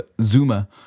Zuma